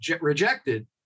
rejected